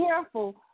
careful